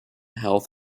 health